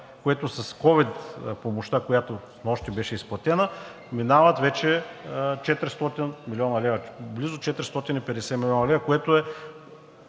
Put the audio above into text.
което с ковид помощта, която снощи беше изплатена, минават вече 400 млн. лв., близо 450 млн. лв., което е